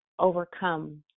overcome